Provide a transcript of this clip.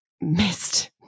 Missed